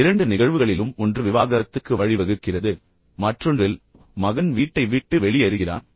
இப்போது இரண்டு நிகழ்வுகளிலும் ஒன்று விவாகரத்துக்கு வழிவகுக்கிறது மற்றொன்றில் மகன் வீட்டை விட்டு வெளியேறுகிறான்